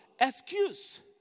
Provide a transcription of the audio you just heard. excuse